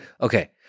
Okay